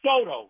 Soto